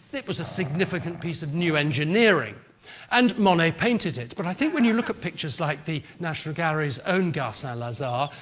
it was a significant piece of new engineering and monet painted it, but i think when you look at pictures like the national gallery's own gare st lazare,